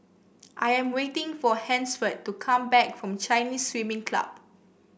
I am waiting for Hansford to come back from Chinese Swimming Club